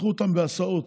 תיקחו אותם בהסעות